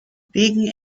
wegen